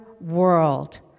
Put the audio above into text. world